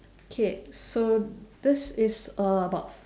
K so this is about